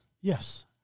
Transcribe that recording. Yes